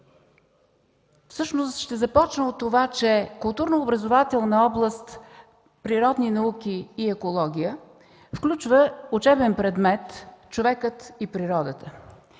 обявяват. Ще започна с това, че културно-образователна област „Природни науки и екология” включва учебен предмет „Човекът и природата”.